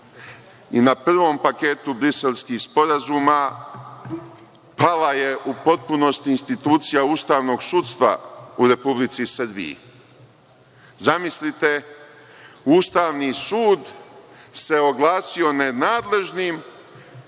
prvom paketu Briselskih sporazuma, pala je u potpunosti institucija ustavnog sudstva u Republici Srbiji. Zamislite, Ustavni sud se oglasio nenadležnim,